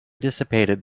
dissipated